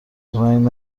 رنگ